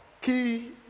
key